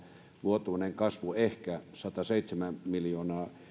vuotuinen kasvu ehkä sataseitsemän miljoonaa